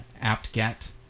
apt-get